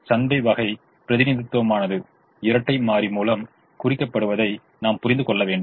இப்போது சந்தை வகை பிரதிநிதித்துவமானது இரட்டை மாறி மூலம் குறிக்கப்படுவதை நாம் புரிந்து கொள்ள வேண்டும்